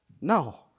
No